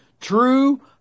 true